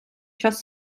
час